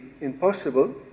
impossible